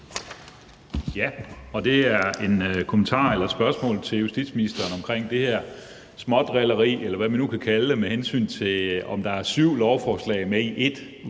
(DF): Det er en kommentar eller et spørgsmål til justitsministeren om det her smådrilleri, eller hvad man nu kan kalde det, med hensyn til om der er syv lovforslag med i et